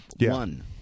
one